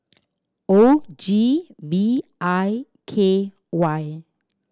O G V I K Y